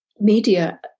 media